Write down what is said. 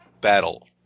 battle